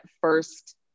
first